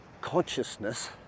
consciousness